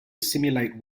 simulate